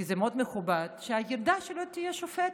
כי זה מאוד מכובד, שהילדה שלו תהיה שופטת.